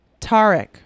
Tarek